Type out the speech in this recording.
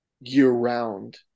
year-round